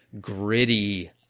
gritty